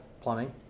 plumbing